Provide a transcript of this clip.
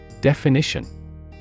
Definition